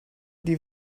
die